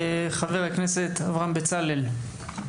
חבר הכנסת אברהם בצלאל.